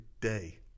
day